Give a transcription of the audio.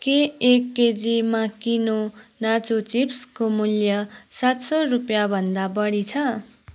के एक केजी माकिनो नाचो चिप्सको मूल्य सात सौ रुपियाँ भन्दा बढी छ